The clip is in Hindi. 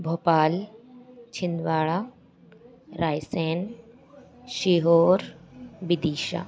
भोपाल छिंदवाड़ा रायसेन सीहोर विदिशा